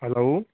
hello